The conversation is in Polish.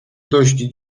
dość